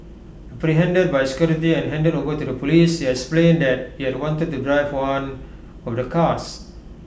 apprehended by security and handed over to Police explained that he had wanted to drive one of the cars